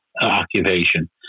occupation